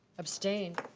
abstained?